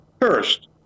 First